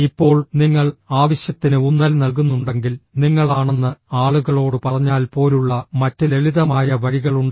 ഇപ്പോൾ നിങ്ങൾ ആവശ്യത്തിന് ഊന്നൽ നൽകുന്നുണ്ടെങ്കിൽ നിങ്ങളാണെന്ന് ആളുകളോട് പറഞ്ഞാൽ പോലുള്ള മറ്റ് ലളിതമായ വഴികളുണ്ട്